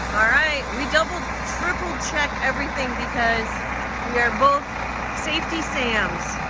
all right, we triple-checked everything because we're both safety sams.